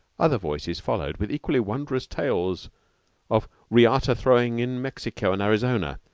other voices followed, with equally wondrous tales of riata-throwing in mexico and arizona,